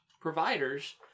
providers